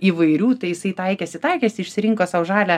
įvairių tai jisai taikėsi taikėsi išsirinko sau žalią